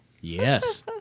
Yes